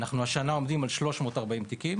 השנה אנחנו עומדים על 340 תיקים